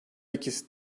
ikisi